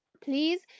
Please